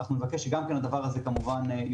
אנחנו מבקשים שזה יופיע.